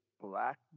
Black